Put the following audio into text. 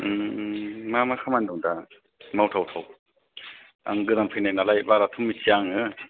उम मा मा खामानि दं दा मावथाव थाव आं गोदान फैनाय नालाय बाराथ' मिन्थिया आङो